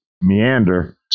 meander